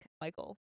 Michael